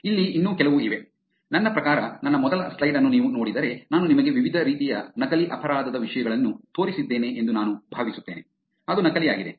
ಇಲ್ಲಿ ಇನ್ನೂ ಕೆಲವು ಇವೆ ನನ್ನ ಪ್ರಕಾರ ನನ್ನ ಮೊದಲ ಸ್ಲೈಡ್ ಅನ್ನು ನೀವು ನೋಡಿದರೆ ನಾನು ನಿಮಗೆ ವಿವಿಧ ರೀತಿಯ ನಕಲಿ ಅಪರಾಧದ ವಿಷಯಗಳನ್ನು ತೋರಿಸಿದ್ದೇನೆ ಎಂದು ನಾನು ಭಾವಿಸುತ್ತೇನೆ ಅದು ನಕಲಿಯಾಗಿದೆ